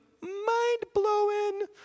Mind-blowing